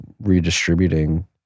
redistributing